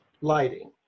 lighting